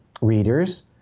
readers